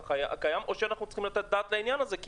או שאנחנו צריכים לתת את הדעת לעניין הזה,